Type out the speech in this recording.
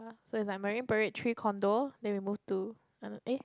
it's like Marine-Parade three condo then we move to eh